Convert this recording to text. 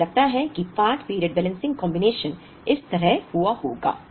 मुझे लगता है कि पार्ट पीरियड बैलेंसिंग कॉम्बिनेशन इस तरह हुआ होगा